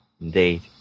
Indeed